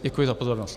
Děkuji za pozornost.